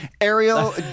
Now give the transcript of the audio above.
Ariel